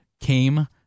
came